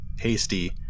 Hasty